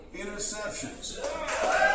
interceptions